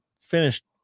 finished